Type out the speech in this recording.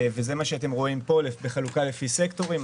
זה מה שאתם רואים פה, בחלוקה לפי סקטורים.